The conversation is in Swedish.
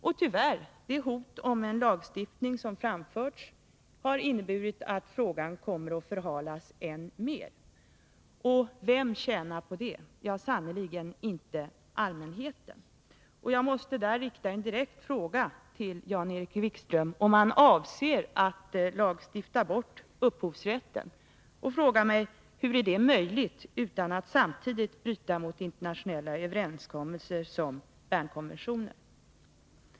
Och tyvärr kommer det hot om en lagstiftning som framförts att innebära att frågan förhalas än mer. Vem tjänar på det? Ja, sannerligen inte allmänheten. Jag måste rikta en direkt fråga till Jan-Erik Wikström: Avser Jan-Erik Wikström att lagstifta bort upphovsrätten? Jag frågar mig hur det är möjligt utan att man samtidigt bryter mot internationella överenskommelser som Bernkonventionen.